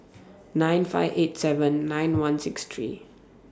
nine five eight seven nine one six three